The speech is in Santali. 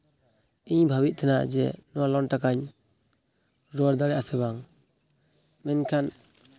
ᱤᱧ ᱵᱷᱟᱹᱵᱤᱭᱮᱫ ᱛᱟᱦᱮᱱᱟ ᱡᱮ ᱱᱚᱣᱟ ᱞᱳᱱ ᱴᱟᱠᱟᱧ ᱨᱩᱣᱟᱹᱲ ᱫᱟᱲᱮᱭᱟᱜᱼᱟ ᱥᱮ ᱵᱟᱝ ᱢᱮᱱᱠᱷᱟᱱ